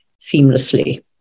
seamlessly